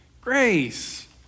grace